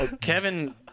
Kevin